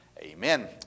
Amen